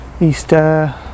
Easter